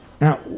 Now